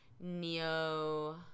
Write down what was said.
neo